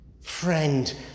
friend